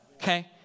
Okay